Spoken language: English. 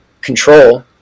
control